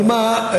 אבל מה,